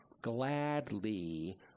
gladly